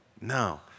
No